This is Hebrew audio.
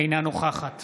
אינה נוכחת